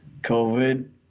COVID